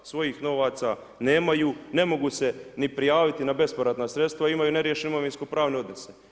Svojih novaca nemaju, ne mogu se ni prijaviti na bespovratna sredstva, imaju neriješene imovinsko-pravne odnose.